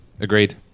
Agreed